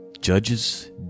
Judges